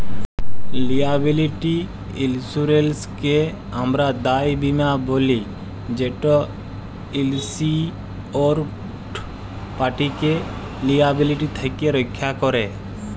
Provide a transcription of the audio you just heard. liability ইলসুরেলসকে আমরা দায় বীমা ব্যলি যেট ইলসিওরড পাটিকে লিয়াবিলিটি থ্যাকে রখ্যা ক্যরে